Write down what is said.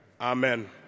Amen